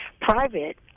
private